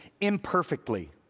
imperfectly